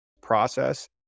process